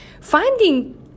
finding